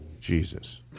Jesus